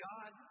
God